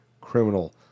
criminal